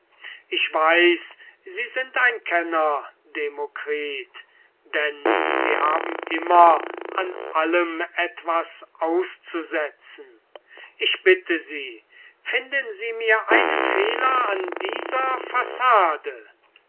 ich weiß sie sind ein kenner demokritus denn sie haben immer an allem etwas auszusetzen ich bitte sie finden sie mir einen fehler an dieser fassade